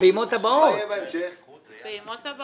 לפעימה הראשונה, גם הם מסכימים שזה נכון.